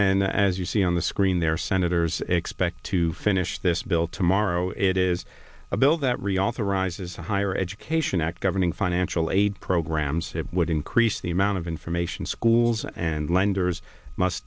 and as you see on the screen there senators expect to finish this bill tomorrow it is a bill that reauthorizes the higher education act governing financial aid programs would increase the amount of information schools and lenders must